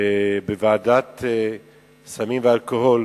בוועדת סמים ואלכוהול